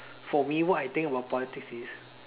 for me what I think about politics is